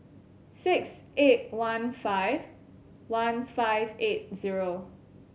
six eight one five one five eight zero